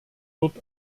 dort